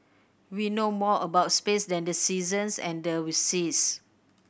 we know more about space than the seasons and the seas